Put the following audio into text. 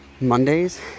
Mondays